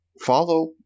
follow